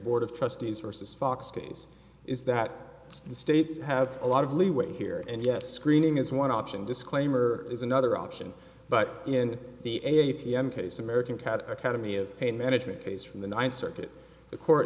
board of trustees versus fox case is that it's the states have a lot of leeway here and yes screening is one option disclaimer is another option but in the a p m case american cat academy of pain management case from the ninth circuit the court